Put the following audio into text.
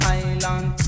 island